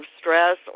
stress